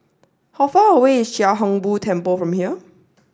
how far away is Chia Hung Boo Temple from here